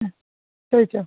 ആ ചോദിച്ചോളൂ